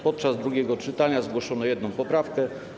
Podczas drugiego czytania zgłoszono jedną poprawkę.